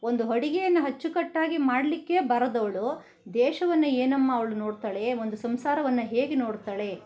ಒಂದು ಅಡುಗೆಯನ್ನು ಅಚ್ಚುಕಟ್ಟಾಗಿ ಮಾಡಲಿಕ್ಕೇ ಬಾರದವ್ಳು ದೇಶವನ್ನು ಏನಮ್ಮಾ ಅವ್ಳು ನೋಡ್ತಾಳೆ ಒಂದು ಸಂಸಾರವನ್ನು ಹೇಗೆ ನೋಡ್ತಾಳೆ